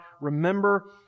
Remember